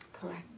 Correct